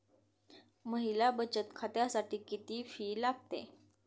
महिला बचत खात्यासाठी किती फी लागते?